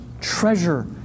treasure